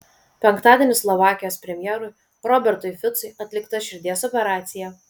penktadienį slovakijos premjerui robertui ficui atlikta širdies operacija